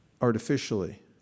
artificially